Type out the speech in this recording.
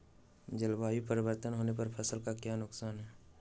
जलवायु परिवर्तन होने पर फसल का क्या नुकसान है?